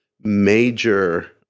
major